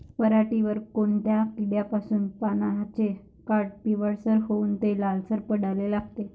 पऱ्हाटीवर कोनत्या किड्यापाई पानाचे काठं पिवळसर होऊन ते लालसर पडाले लागते?